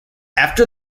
after